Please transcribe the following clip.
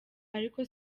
ariko